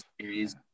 series